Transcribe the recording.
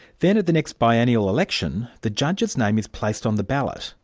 then at the next biennial election, the judge's name is placed on the ballot,